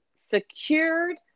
secured